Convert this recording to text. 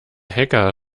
hacker